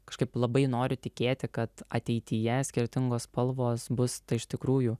kažkaip labai noriu tikėti kad ateityje skirtingos spalvos bus tai iš tikrųjų